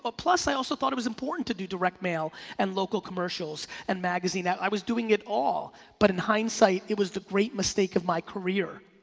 ah plus i also thought it was important to do direct mail and local commercials and magazine, i was doing it all but in hindsight it was the great mistake of my career.